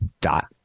dot